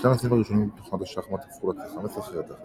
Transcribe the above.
בשני הנושאים הראשונים תוכנות השחמט הפכו להצלחה מסחררת.